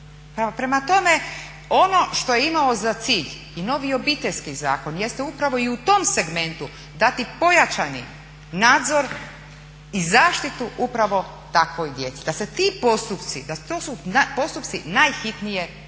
Prema tome, ono što je imao za cilj i novi Obiteljski zakon jeste upravo i u tom segmentu dati pojačani nadzor i zaštitu upravo takvoj djeci, da se ti postupci, to su postupci najhitnije naravi.